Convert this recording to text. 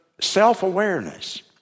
self-awareness